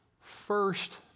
first